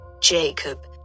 Jacob